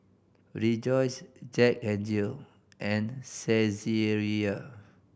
Rejoice Jack N Jill and Saizeriya